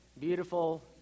beautiful